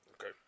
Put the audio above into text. Okay